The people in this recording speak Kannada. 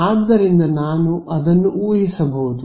ಆದ್ದರಿಂದ ನಾನು ಅದನ್ನು ಊಹಿಸಬಹುದು